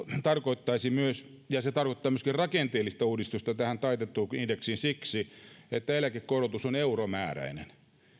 tarkoittaisi myös rakenteellista uudistusta tähän taitettuun indeksiin siksi että eläkekorotus on euromääräinen